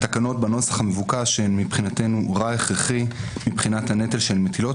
התקנות בנוסח המבוקש הן מבחינתנו רע הכרחי מבחינת הנטל שהן מטילות,